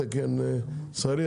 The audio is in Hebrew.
תקן ישראלי,